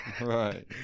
Right